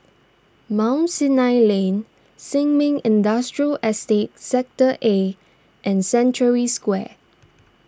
Mount Sinai Lane Sin Ming Industrial Estate Sector A and Century Square